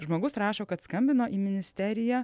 žmogus rašo kad skambino į ministeriją